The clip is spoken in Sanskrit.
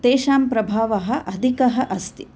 तेषां प्रभावः अधिकः अस्ति